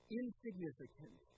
insignificant